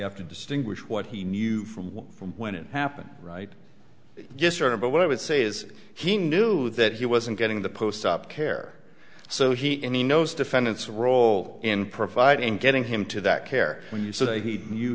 have to distinguish what he knew from from when it happened right just sort of but what i would say is he knew that he wasn't getting the post op care so he in the nose defendant's role in providing getting him to that care when you say he knew